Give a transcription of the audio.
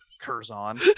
Curzon